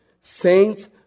Saints